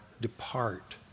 depart